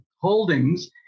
holdings